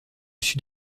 sud